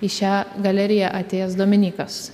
į šią galeriją atėjęs dominykas